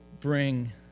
bring